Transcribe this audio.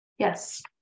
Yes